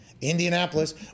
Indianapolis